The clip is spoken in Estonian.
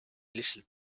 lihtsalt